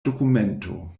dokumento